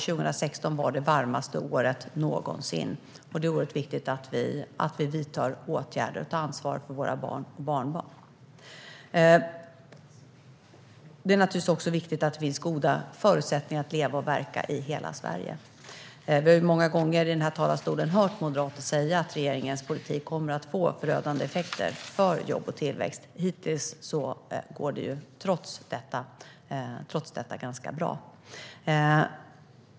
2016 var det varmaste året någonsin, och det är oerhört viktigt att vi vidtar åtgärder och tar ansvar för våra barn och barnbarn. Det är naturligtvis också viktigt att det finns goda förutsättningar att leva och verka i hela Sverige. Vi har många gånger hört moderater säga i denna talarstol att regeringens politik kommer att få förödande effekter för jobb och tillväxt, men hittills går det trots detta ganska bra.